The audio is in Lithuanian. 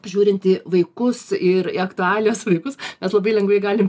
žiūrint į vaikus ir į aktualijos vaikus mes labai lengvai galim